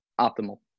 optimal